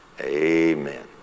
Amen